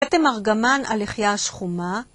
כתם ארגמן על לחייה השחומה...